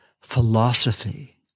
philosophy